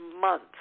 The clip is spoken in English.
month